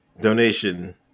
donation